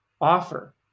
offer